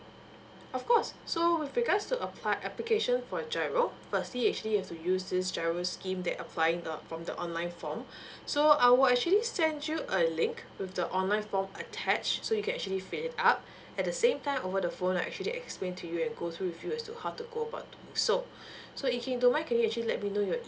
of course so with regards to apply~ application for a G_I_R_O firstly actually you have to use this G_I_R_O scheme that applying th~ from the online form so I will actually send you a link with the online form attach so you can actually fill it up at the same time over the phone I actually explain to you and go through with you as to how to go about doing so yee king don't mind can you actually let me know your